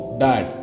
dad